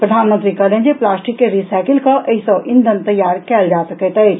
प्रधानमंत्री कहलनि जे प्लास्टिक के रिसाइकिल कऽ एहि सॅ इंधन तैयार कयल जा सकैत अछि